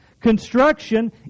Construction